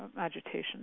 agitation